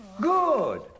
Good